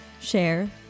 share